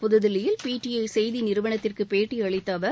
புதுதில்லியில் பிடிஐ செய்தி நிறுவனத்திற்கு பேட்டி அளித்த அவர்